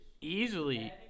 Easily